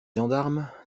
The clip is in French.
gendarmes